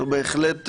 זו בהחלט,